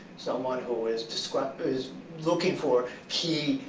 someone who is describing is looking for key.